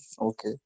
okay